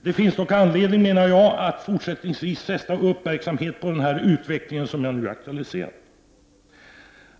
Jag menar dock att det finns anledning att fortsättningsvis fästa uppmärksamheten på den utveckling som jag nu aktualiserat.